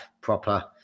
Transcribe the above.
proper